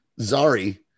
zari